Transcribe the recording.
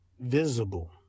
visible